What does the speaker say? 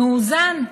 מאוזן.